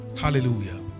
Hallelujah